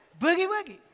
Boogie-woogie